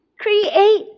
create